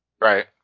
Right